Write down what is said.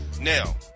Now